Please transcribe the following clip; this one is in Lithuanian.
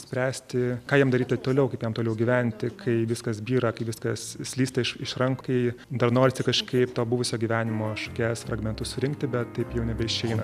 spręsti ką jam daryti toliau kaip jam toliau gyventi kai viskas byra kai viskas slysta iš iš rankų kai dar norisi kažkaip to buvusio gyvenimo šukes fragmentus surinkti bet taip jau nebeišeina